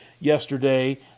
yesterday